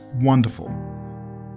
wonderful